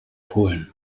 polen